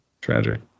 Tragic